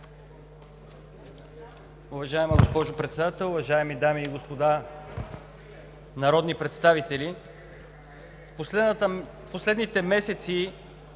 Уважаема госпожо Председател, уважаеми дами и господа народни представители! В последните месеци